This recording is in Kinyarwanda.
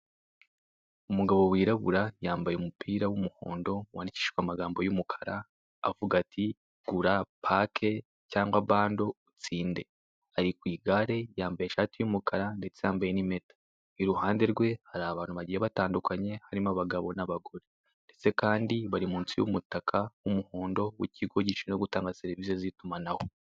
Umugabo wirabura yambaye umupira w'umuhondo wandikishijwe amagambo y'umukara avuga ati; gura pake cyangwa bando utsinde. Ari ku igare yambaye ishati y'umukara ndetse yambaye n'impeta. Iruhande rwe hari abantu bagiye batandukanye, harimo abagabo n'abagore ndetse kandi bari munsi y'umutaka w'umuhondo w'ikigo gishinzwe gutanga serivise z'itumanaho.